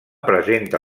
presenta